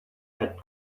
had